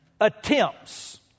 attempts